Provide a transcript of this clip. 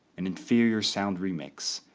an inferior sound remix,